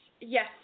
yes